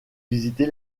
visiter